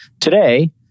Today